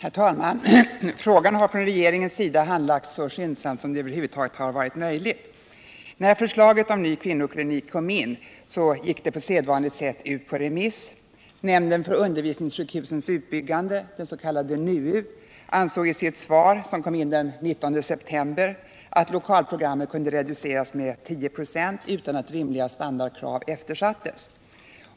Herr talman! Frågan har från regeringens sida handlagts så skyndsamt som det över huvud taget är möjligt. När förslaget om ny kvinnoklinik kom in, gick det på sedvanligt sätt ut på remiss. svar, som kom in den 19 september, att lokalprogrammet kunde reduceras: med 10 6 utan att rimliga standardkrav eftersattes.